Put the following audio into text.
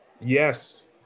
Yes